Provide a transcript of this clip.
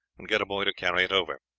and get a boy to carry it over